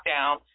lockdown